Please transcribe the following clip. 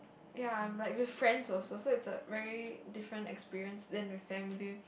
ya I'm like with friends also so it's a very different experience than with family